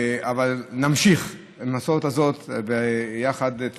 אבל נמשיך את המסורת הזאת ביחד ואת